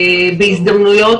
בעבודה בתהליכי הוראה,